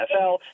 NFL